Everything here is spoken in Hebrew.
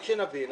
רק שנבין.